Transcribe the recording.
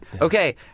Okay